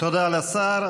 תודה לשר.